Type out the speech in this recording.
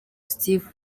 steve